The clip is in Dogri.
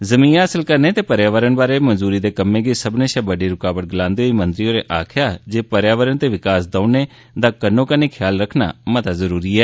जिमीं हासल करने ते पर्यावरण बारै मंजूरी दे कम्में गी सब्बनै शा बड्डी रूकावट गलांदे होई मंत्री होरें आक्खेया जे पर्यावरण ते विकास दौनें दा कन्नौ कन्नी ख्याल रक्खनां जरूरी ऐ